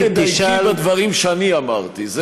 רק תדייקי בדברים שאני אמרתי.